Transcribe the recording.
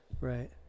Right